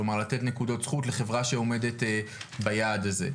כלומר לתת נקודות זכות לחברה שעומדת ביעד הזה.